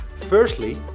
Firstly